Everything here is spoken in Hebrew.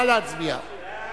נא להצביע.